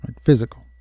physical